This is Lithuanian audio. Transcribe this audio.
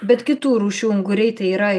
bet kitų rūšių unguriai tai yra